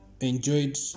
enjoyed